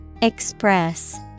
Express